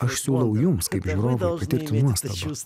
aš siūlau jums kaip žiūrovui patirti nuostabą